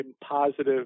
positive